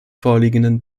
vorliegenden